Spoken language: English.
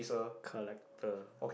collector